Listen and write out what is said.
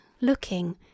looking